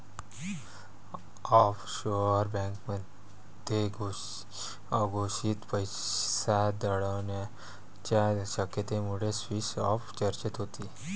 offshore बँकांमध्ये अघोषित पैसा दडवण्याच्या शक्यतेमुळे स्विस बँक चर्चेत होती